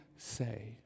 say